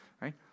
right